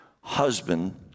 husband